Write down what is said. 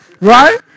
Right